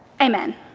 amen